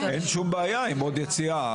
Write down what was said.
אין שום בעיה עם עוד יציאה,